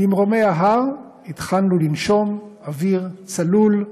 במרומי ההר התחלנו לנשום אוויר צלול,